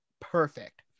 perfect